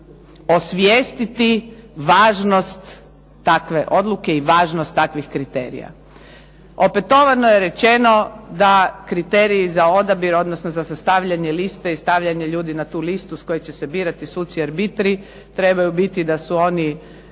osvijestiti važnost takve odluke i važnost takvih kriterija. Opetovano je rečeno da kriterij za odabir, odnosno za sastavljanje liste i stavljanje ljudi na tu listu s koje će se birati suci arbitri trebaju biti da su oni